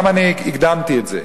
למה הקדמתי את זה?